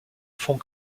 font